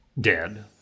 Dead